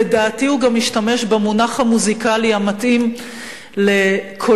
לדעתי הוא גם השתמש במונח המוזיקלי המתאים לקולו,